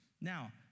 Now